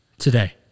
today